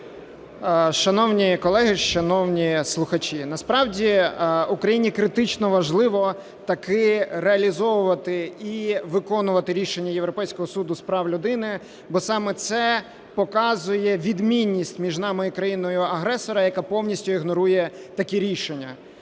Шановні колеги, шановні слухачі, насправді Україні критично важливо таки реалізовувати і виконувати рішення Європейського суду з прав людини, бо саме це показує відмінність між нами і країною-агресором, яка повністю ігнорує такі рішення.